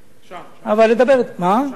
הם שם.